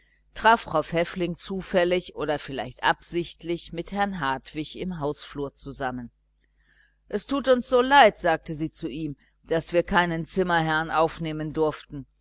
traf frau pfäffling zufällig oder vielleicht absichtlich mit herrn hartwig im hausflur zusammen es war uns so leid sagte sie zu ihm daß wir keinen zimmerherrn nehmen durften